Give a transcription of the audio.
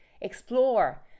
explore